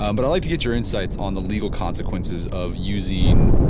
um but i'll like to get your insights on the legal consequences of using